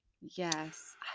yes